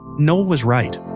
noel was right.